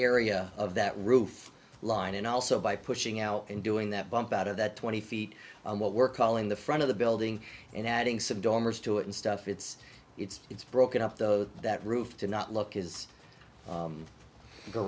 area of that roof line and also by pushing out and doing that bump out of that twenty feet what we're calling the front of the building and adding some dormers to it and stuff it's it's it's broken off those that roof to not look is